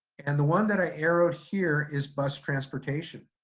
and the one that i arrowed here is bus transportation.